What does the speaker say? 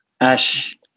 Ash